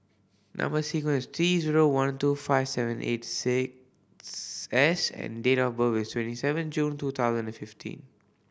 number sequence is T zero one two five seven eight six S and date of birth is twenty seven June two thousand and fifteen